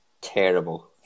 terrible